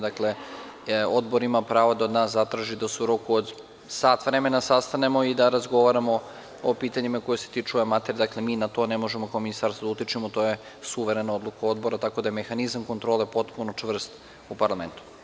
Dakle, Odbor ima pravo da od nas zatraži da se u roku od sat vremena sastanemo i da razgovaramo o pitanjima koji se tiču ove materije, dakle mi na to ne možemo ko ministarstvo da utičemo, to je suverena odluka Odbora, tako da je mehanizam kontrole potpuno čvrst u parlamentu.